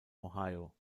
ohio